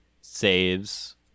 saves